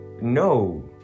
no